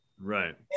Right